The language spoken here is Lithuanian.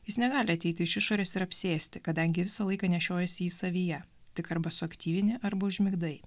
jis negali ateiti iš išorės ir apsėsti kadangi visą laiką nešiojasi jį savyje tik arba suaktyvini arba užmigdai